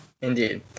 Indeed